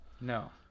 No